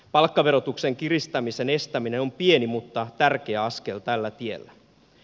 palkkaverotuksen kiristämisen estäminen on pieni mutta tärkeä askel tällä tiellä